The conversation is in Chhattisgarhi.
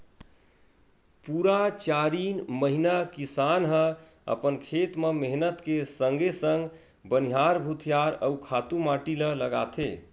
पुरा चारिन महिना किसान ह अपन खेत म मेहनत के संगे संग बनिहार भुतिहार अउ खातू माटी ल लगाथे